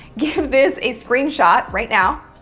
give this a screenshot right now.